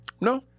No